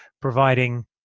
providing